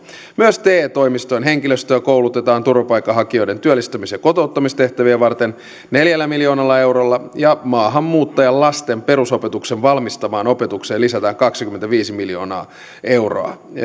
myös te toimistojen henkilöstöä koulutetaan turvapaikanhakijoiden työllistämis ja kotouttamistehtäviä varten neljällä miljoonalla eurolla ja maahanmuuttajalasten perusopetuksen valmistavaan opetukseen lisätään kaksikymmentäviisi miljoonaa euroa